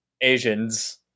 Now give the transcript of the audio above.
Asians